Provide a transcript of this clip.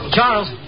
Charles